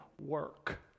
work